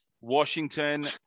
Washington